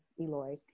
Eloy